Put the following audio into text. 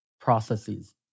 processes